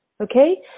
Okay